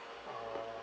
uh